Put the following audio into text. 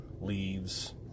Leaves